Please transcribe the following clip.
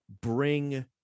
bring